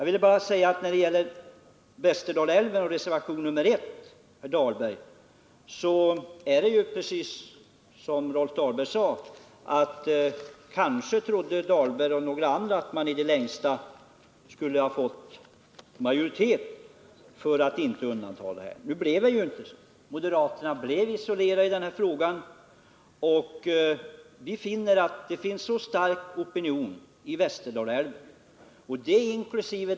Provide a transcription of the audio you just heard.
I fråga om Västerdalälven och reservation nr 1 är det precis som Rolf Dahlberg sade — att han och några andra i det längsta trodde att man skulle få majoritet för att inte undanta denna älv. Nu blev det ju inte så. Moderaterna 177 var isolerade i den här frågan. Vi finner att en stark opinion vid Västerdalälven — inkl.